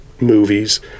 movies